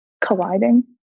colliding